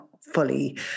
fully